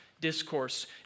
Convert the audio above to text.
discourse